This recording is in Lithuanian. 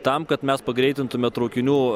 tam kad mes pagreitintume traukinių